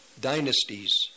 Dynasties